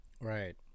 Right